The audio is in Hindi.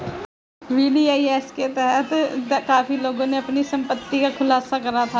वी.डी.आई.एस के तहत काफी लोगों ने अपनी संपत्ति का खुलासा करा था